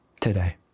today